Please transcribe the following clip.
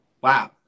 wow